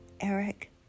Eric